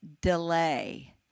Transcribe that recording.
delay